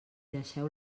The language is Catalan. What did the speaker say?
deixeu